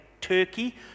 Turkey